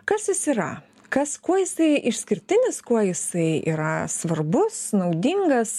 kas jis yra kas kuo jisai išskirtinis kuo jisai yra svarbus naudingas